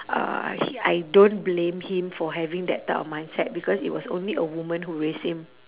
uh I hi~ I don't blame him for having that type of mindset because it was only a woman who raised him